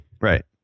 Right